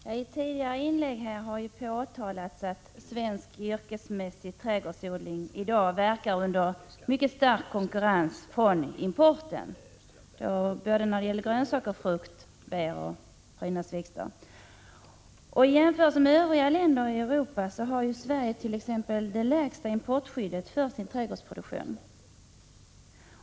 Herr talman! I tidigare inlägg har påtalats att svensk yrkesmässig trädgårdsodling i dag verkar under mycket stark konkurrens från importen. Det gäller såväl grönsaker, frukt och bär som prydnadsväxter. I jämförelse med övriga länder i Europa har Sverige t.ex. det lägsta importskyddet för dessa trädgårdsprodukter.